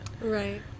Right